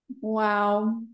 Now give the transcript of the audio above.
Wow